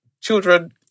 children